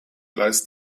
gleis